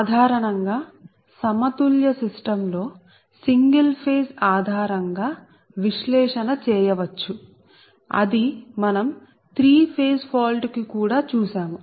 సాధారణంగా సమతుల్య సిస్టం లో సింగల్ ఫేజ్ ఆధారంగా విశ్లేషణ చేయవచ్చు అది మనం 3 ఫేజ్ ఫాల్ట్ కు కూడా చూసాము